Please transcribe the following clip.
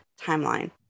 timeline